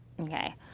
okay